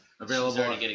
Available